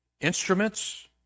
instruments